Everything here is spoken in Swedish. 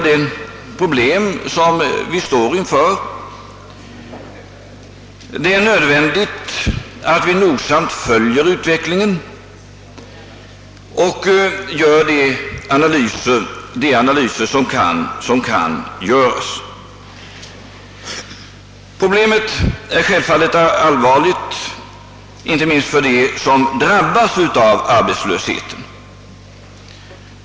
Det är nödvändigt att vi noga följer utvecklingen och gör de analyser som kan göras. Probiemet är självfallet allvarligt, inte minst för dem som drabbas av arbetslösheten.